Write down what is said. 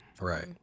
Right